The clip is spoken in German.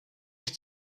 ich